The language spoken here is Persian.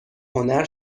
هنر